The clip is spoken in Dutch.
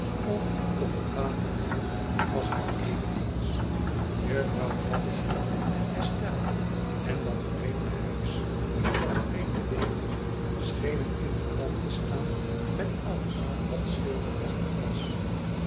of op het water viel was het eveneens jufvrouw havisham en estelia en dat vreemde huis en dat vreemde leven schenen in verband te staan met alles wat schilderachtig was